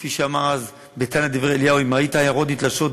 כפי שנאמר בתנא דבי אליהו: "אם ראית עיירות נתלשות,